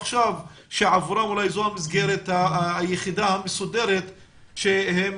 עכשיו שעבורם זו המסגרת היחידה המסודרת שהם